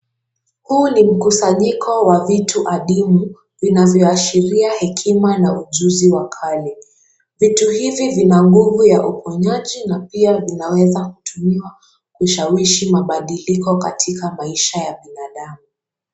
Huu ni mkusanyiko wa vitu adimu vinavyoashiria hekima na ujuzi wa kale, vitu hivi vina nguvu ya uponyaji na pia zinaweza kutumiwa kushawishi mabadiliko katika maisha ya binadamu.